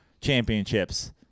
championships